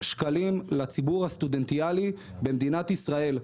שקלים לציבור הסטודנטיאלי במדינת ישראל.